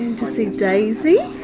to see daisy,